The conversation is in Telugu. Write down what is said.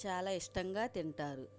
చాలా ఇష్టంగా తింటారు